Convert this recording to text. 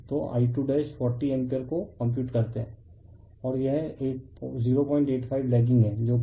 तो I2 40 ampere को compute करते है और यह 085 लैगिंग है जो कि I2 है